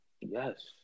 Yes